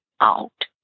out